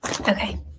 Okay